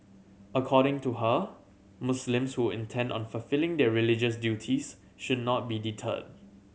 according to her Muslims who intend on fulfilling their religious duties should not be deterred